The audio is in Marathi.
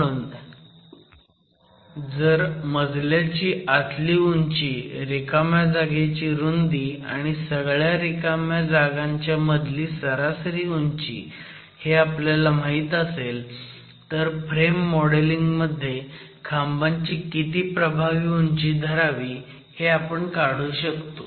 म्हणून जर मजल्याची आतली उंची रिकाम्या जागेची रुंदी आणि सगळ्या रिकाम्या जागांच्या मधली सरासरी उंची हे आपल्याला माहीत असेल तर फ्रेम मॉडेलिंग मध्ये खांबांची किती प्रभावी उंची धरावी हे काढू शकतो